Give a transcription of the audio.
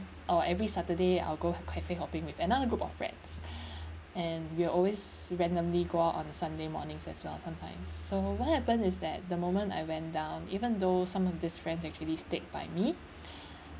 or every saturday I'll go cafe-hopping with another group of friends and we're always randomly go out on sunday mornings as well sometimes so what happen is that the moment I went down even though some of these friends actually stick by me